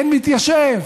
אין מתיישב.